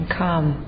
come